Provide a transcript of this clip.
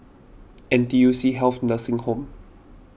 N T U C Health Nursing Home